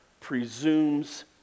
presumes